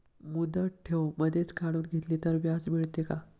मुदत ठेव मधेच काढून घेतली तर व्याज मिळते का?